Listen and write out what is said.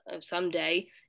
someday